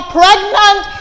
pregnant